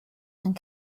and